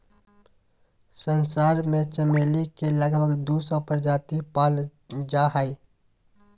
संसार में चमेली के लगभग दू सौ प्रजाति पाल जा हइ